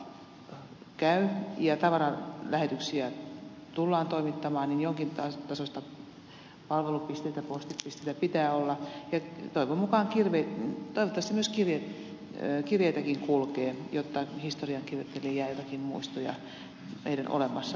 koska esimerkiksi nettikauppa käy ja tavaralähetyksiä tullaan toimittamaan niin jonkin tasoisia palvelupisteitä postipisteitä pitää olla ja toivottavasti myös kirjeitäkin kulkee jotta historiankirjoittajille jää joitakin muistoja meidän olemassaolostamme